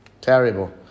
terrible